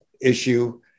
issue